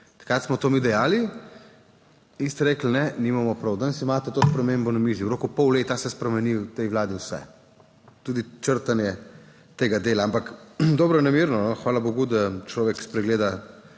Takrat smo to mi dejali. In ste rekli: Ne, nimamo prav. Danes imate to spremembo na mizi, v roku pol leta se spremeni v tej Vladi vse. Tudi črtanje tega dela, ampak dobronamerno, hvala bogu, da človek spregleda